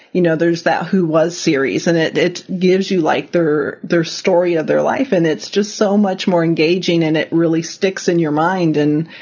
you know, there's that who was serious and it it gives you like their their story of their life. and it's just so much more engaging and it really sticks in your mind. and,